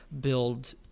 build